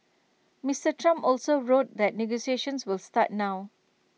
Mister Trump also wrote that negotiations will start now